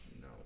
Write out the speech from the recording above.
no